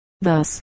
Thus